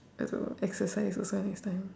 also exercise or something next time